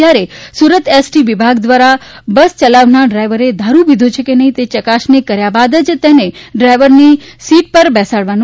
ત્યારે સુરત એસટી વિભાગ દ્વારા બસ ચલાવનાર ડ્રાઇવરે દારૂ પીધો છે કે નફી તે ચકાસણી બાદ તેને ડ્રાઇવરની સીટ પર બેસાડવામાં આવશે